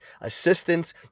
assistance